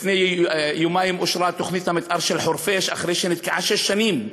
לפני יומיים אושרה תוכנית המתאר של חורפיש אחרי שנתקעה שש שנים,